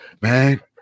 man